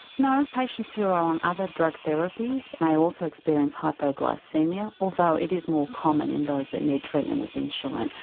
no, patients who are on other drug therapies may also experience hypoglycaemia although it is more common in those that need treatment with insulin.